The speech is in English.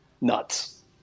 Nuts